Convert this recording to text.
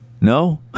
No